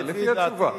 לפי התשובה.